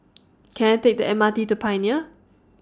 Can I Take The M R T to Pioneer